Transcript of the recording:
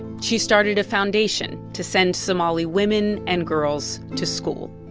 she started a foundation to send somali women and girls to school